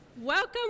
Welcome